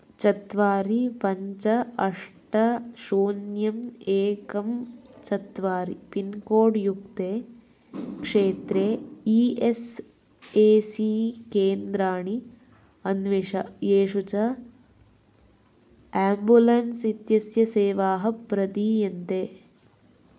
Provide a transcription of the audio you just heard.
चत्वारि पञ्च अष्ट शून्यम् एकं चत्वारि पिन्कोड्युक्ते क्षेत्रे ई एस् ए सी केन्द्राणि अन्विष येषु च आम्बुलेन्स् इत्यस्य सेवाः प्रदीयन्ते